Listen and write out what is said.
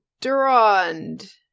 Durand